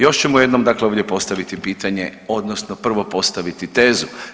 Još ćemo jednom dakle ovdje postaviti pitanje odnosno prvo postaviti tezu.